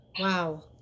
Wow